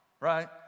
right